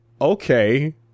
okay